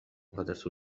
غادرت